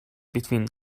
between